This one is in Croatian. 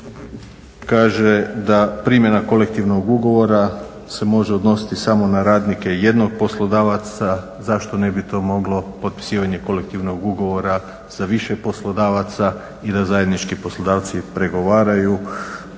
kaže da primjena kolektivnog ugovora se može odnositi samo na radnike jednog poslodavca, zašto ne bi to moglo potpisivanje kolektivnog ugovora sa više poslodavaca i da zajednički poslodavci pregovaraju.